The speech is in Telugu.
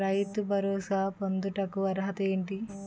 రైతు భరోసా పొందుటకు అర్హత ఏంటి?